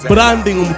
Branding